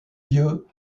yeux